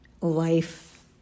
life